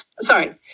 Sorry